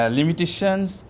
limitations